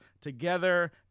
together